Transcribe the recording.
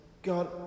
God